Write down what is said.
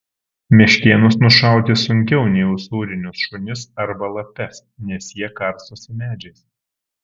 meškėnus nušauti sunkiau nei usūrinius šunis arba lapes nes jie karstosi medžiais